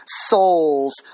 souls